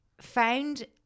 found